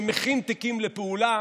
שמכין תיקים לפעולה,